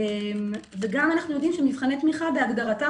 וגם אנחנו יודעים שמבחני תמיכה בהגדרתם